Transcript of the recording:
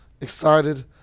Excited